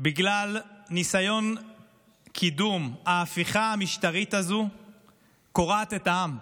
בגלל ניסיון קידום ההפיכה המשטרית הזאת קורע את העם.